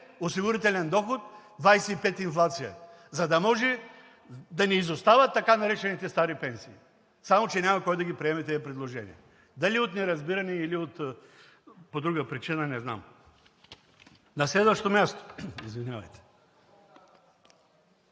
осигурителен доход, 25% инфлация, за да може да не изостават така наречените стари пенсии. Само че няма кой да ги приеме тези предложения – дали от неразбиране или по друга причина, не знам. На следващо място. Колеги,